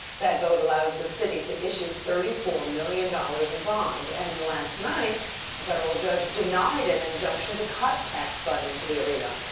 that vote allows the city to issue thirty four million dollars in bonds and last night a federal judge denied an injunction to cut tax funding to the arena.